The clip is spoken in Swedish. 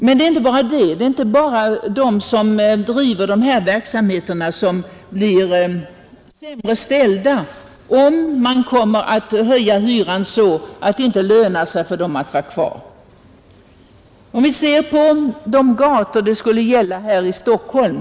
Och det är inte bara de som driver verksamheterna som blir sämre ställda, om man kommer att höja hyran så att det inte lönar sig för dem att vara kvar. Hur ser de gator ut som det skulle gälla här i Stockholm?